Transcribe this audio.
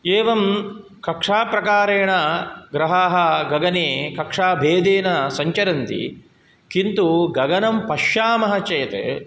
एवं कक्षाप्रकारेण ग्रहाः गगने कक्षाभेदेन सञ्चरन्ति किन्तु गगनं पश्यामः चेत्